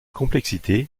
complexité